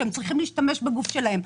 שהן צריכות להשתמש בגוף שלהן.